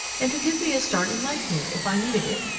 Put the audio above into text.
and to give me a start in life here, if i needed it.